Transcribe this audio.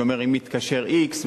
שאומר: אם יתקשר x,